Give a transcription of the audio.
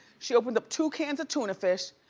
she opened up two cans of tuna fish,